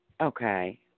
Okay